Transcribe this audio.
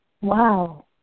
Wow